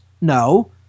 No